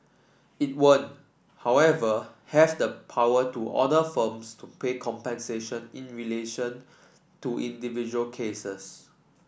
it won't however have the power to order firms to pay compensation in relation to individual cases